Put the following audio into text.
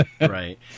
Right